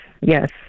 Yes